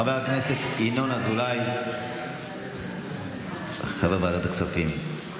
חבר הכנסת ינון אזולאי, חבר ועדת הכספים.